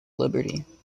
liberty